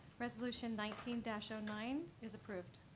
resolution nineteen ah so nine is approved.